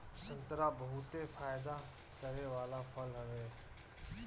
संतरा बहुते फायदा करे वाला फल हवे